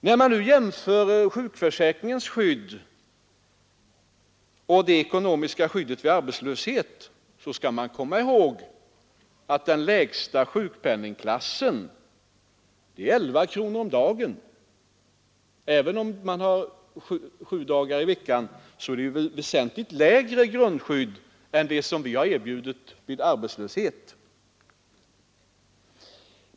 När man jämför sjukförsäkringens skydd och det ekonomiska skyddet vid arbetslöshet skall man komma ihåg att den lägsta sjukpenningen på elva kronor om dagen — även om den betalas ut sju dagar i veckan — ger ett väsentligt lägre grundskydd än det vi har erbjudit vid arbetslöshet.